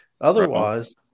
Otherwise